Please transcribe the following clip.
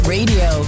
Radio